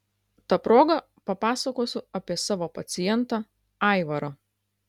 ta proga papasakosiu apie savo pacientą aivarą